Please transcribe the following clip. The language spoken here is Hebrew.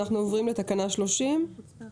נצביע